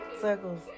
circles